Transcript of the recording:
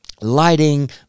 lighting